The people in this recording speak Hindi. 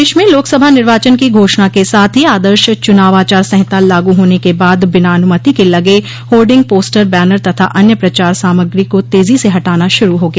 देश में लोकसभा निर्वाचन की घोषणा के साथ ही आदर्श चुनाव आचार संहिता लागू होने के बाद बिना अनुमति के लगे होर्डिंग पोस्टर बैनर तथा अन्य प्रचार सामग्री का तेजी से हटाना शुरू हो गया